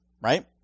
Right